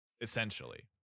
essentially